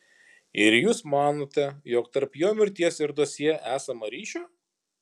ir jūs manote jog tarp jo mirties ir dosjė esama ryšio